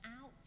out